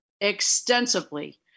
extensively